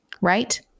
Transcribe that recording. right